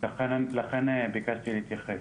לכן ביקשתי להתייחס.